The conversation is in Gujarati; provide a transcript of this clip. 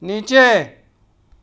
નીચે